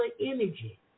energy